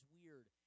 weird